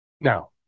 Now